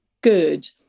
good